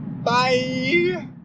Bye